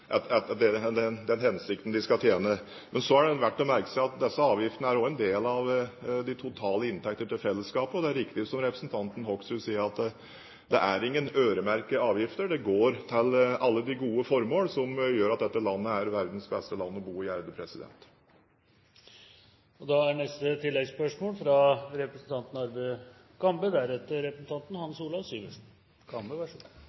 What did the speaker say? det verdt å merke seg at disse avgiftene også er en del av de totale inntekter til fellesskapet. Det er riktig som representanten Hoksrud sier, at det er ingen øremerkede avgifter. Det går til alle de gode formål som gjør at dette landet er verdens beste land å bo i. Arve Kambe – til oppfølgingsspørsmål. Når jeg hører på finansministeren, er det nesten som om det er med en faderlig stolthet han